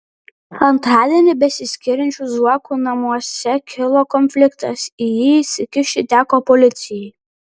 antradienį besiskiriančių zuokų namuose kilo konfliktas į jį įsikišti teko policijai